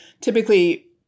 typically